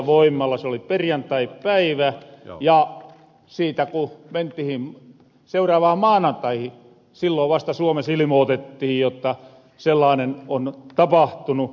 se oli perjantaipäivä ja siitä ku mentihin seuraavaan maanantaihi silloon vasta suomes ilmootettiin jotta sellaanen on tapahtunu